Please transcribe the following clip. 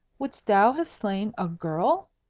wouldst thou have slain a girl?